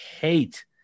hate